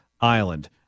Island